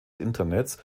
internets